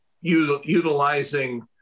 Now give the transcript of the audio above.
utilizing